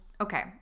Okay